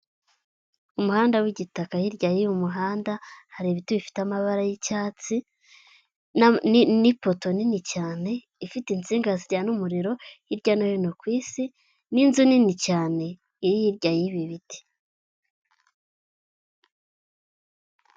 Umuhanda w'igitaka hirya y'uwo muhanda hari ibiti bifite amabara y'icyatsi n'ipoto nini cyane ifite insinga zijyana umuriro hirya no hino ku isi, n'inzu nini cyane iri hirya y'ibi biti.